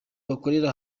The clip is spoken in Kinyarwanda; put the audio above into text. bakorera